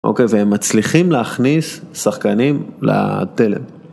אוקיי, והם מצליחים להכניס שחקנים לתלם.